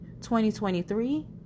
2023